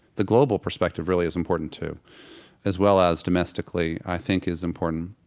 the global perspective really is important too as well as domestically, i think is important